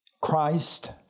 Christ